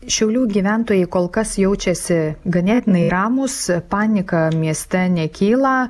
šiaulių gyventojai kol kas jaučiasi ganėtinai ramūs panika mieste nekyla